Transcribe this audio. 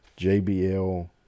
JBL